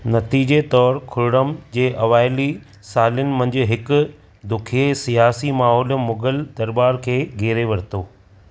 नतीजे तौरु खुर्रम जे अवाइली सालनि मंझि हिकु ॾुखिये सियासी माहौल मुग़ल दरॿार खे घेरे वरितो